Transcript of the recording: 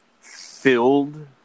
filled